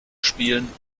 spielen